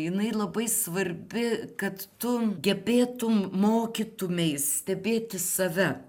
jinai labai svarbi kad tu gebėtum mokytumeis stebėti save